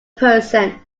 person